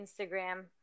instagram